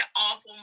awful